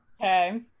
Okay